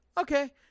okay